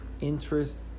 interest